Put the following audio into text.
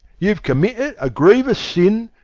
you've committed a grievous sin,